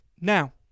Now